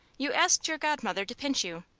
you asked your godmother to pinch you.